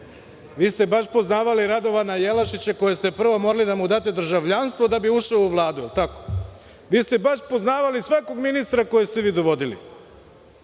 Vi ste baš poznavala Radovana Jelašića, kome ste prvo morali da date državljanstvo da bi ušao u Vladu? Vi ste baš poznavali svakog ministra kojeg ste dovodili?